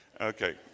Okay